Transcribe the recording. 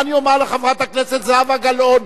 מה אני אומר לחברת הכנסת זהבה גלאון?